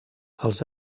els